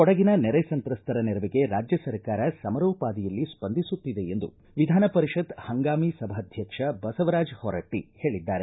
ಕೊಡಗಿನ ನೆರೆ ಸಂತ್ರಸ್ತರ ನೆರವಿಗೆ ರಾಜ್ಯ ಸರ್ಕಾರ ಸಮರೋಪಾದಿಯಲ್ಲಿ ಸ್ವಂದಿಸುತ್ತಿದೆ ಎಂದು ವಿಧಾನ ಪರಿಪತ್ ಹಂಗಾಮಿ ಸಭಾಧ್ಯಕ್ಷ ಬಸವರಾಜ್ ಹೊರಟ್ನ ಹೇಳಿದ್ದಾರೆ